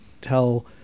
tell